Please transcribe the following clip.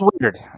weird